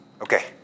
Okay